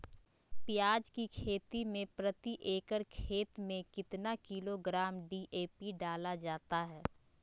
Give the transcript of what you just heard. प्याज की खेती में प्रति एकड़ खेत में कितना किलोग्राम डी.ए.पी डाला जाता है?